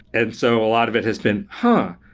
and so, a lot of it has been, huh!